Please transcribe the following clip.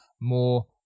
more